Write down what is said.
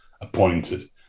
appointed